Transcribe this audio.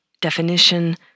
definition